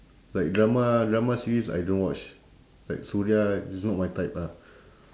like drama drama series I don't watch like suria it's not my type ah